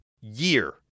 year